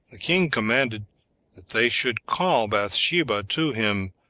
the king commanded that they should call bathsheba to him,